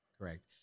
Correct